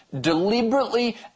Deliberately